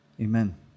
Amen